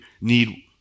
need